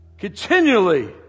Continually